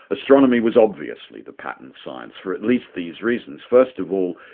astronomy was obviously the pattern science, for at least these reasons. first of all,